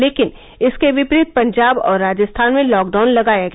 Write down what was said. लेकिन इसके विपरीत पंजाब और राजस्थान में लॉकडाउन लगाया गया